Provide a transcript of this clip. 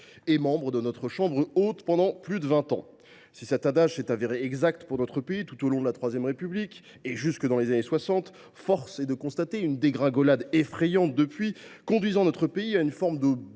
et membre de notre Chambre haute pendant plus de vingt ans. Si cet adage s’est révélé exact pour notre pays tout au long de la Troisième République et jusque dans les années 1960, force est de constater une dégringolade effrayante depuis, conduisant notre pays à une forme de